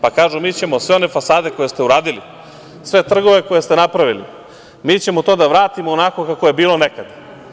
Pa kažu, mi ćemo sve one fasade koje ste uradili, sve trgove koje ste napravili, mi ćemo to da vratimo onako kako je bilo nekada.